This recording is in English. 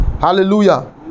hallelujah